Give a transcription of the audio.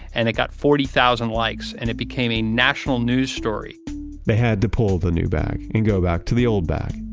and it got forty thousand likes. and it became a national news story they had to pull the new bag and go back to the old bag.